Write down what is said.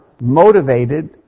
motivated